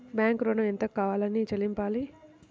Bank ఋణం ఎంత కాలానికి చెల్లింపాలి?